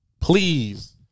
Please